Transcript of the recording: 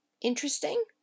interesting